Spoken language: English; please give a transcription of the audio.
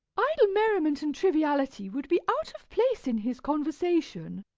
idle merriment and triviality would be out of place in his conversation.